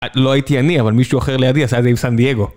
לא הייתי אני, אבל מישהו אחר לידי עשה את זה עם סן דייגו.